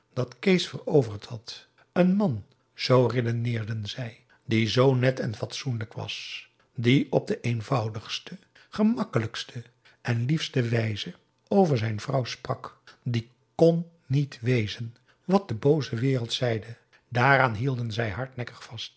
dat kees veroverd had een man zoo redeneerden zij p a daum hoe hij raad van indië werd onder ps maurits die z net en fatsoenlijk was die op de eenvoudigste gemakkelijkste en liefste wijze over zijn vrouw sprak die kon niet wezen wat de booze wereld zeide daaraan hielden zij hardnekkig vast